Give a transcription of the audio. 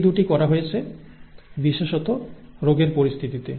এই 2 টি করা হয়েছে বিশেষত রোগের পরিস্থিতিতে